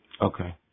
Okay